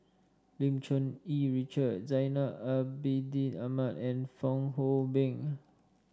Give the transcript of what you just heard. Lim Cherng Yih Richard Zainal Abidin Ahmad and Fong Hoe Beng